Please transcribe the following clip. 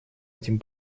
этим